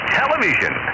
television